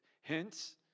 Hence